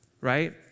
right